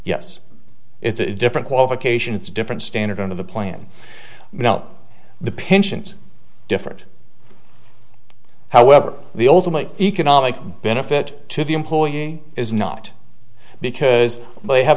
yes it's a different qualification it's a different standard under the plan you know the pensions different however the ultimate economic benefit to the employee is not because they have